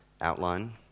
outline